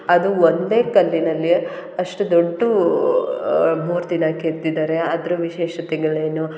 ಅದು ಒಂದೇ ಕಲ್ಲಿನಲ್ಲಿ ಅಷ್ಟು ದೊಡ್ಡ ಮೂರ್ತಿನ ಕೆತ್ತಿದ್ದಾರೆ ಅದ್ರ ವಿಶೇಷತೆಗಳು ಏನು